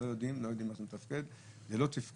אנחנו לא יודעים איך הוא תפקד או לא תפקד.